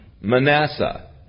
Manasseh